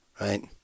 Right